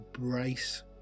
embrace